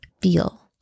feel